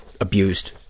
abused